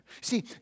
See